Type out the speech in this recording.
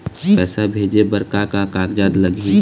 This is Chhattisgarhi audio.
पैसा भेजे बर का का कागज लगही?